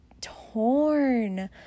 torn